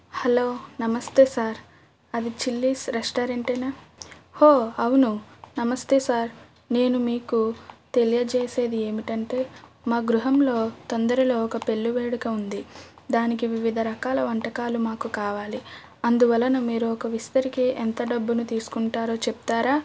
hello నమస్తే sir అది Chillies రెస్టారెంటేనా హో అవును నమస్తే సార్ నేను మీకు తెలియజేసేది ఏమిటంటే మా గృహంలో తొందరలో ఒక పెళ్ళి వేడుక ఉంది దానికి వివిధ రకాల వంటకాలు మాకు కావాలి అందువలన మీరు ఒక విస్తరకి ఎంత డబ్బును తీసుకుంటారో చెప్తారా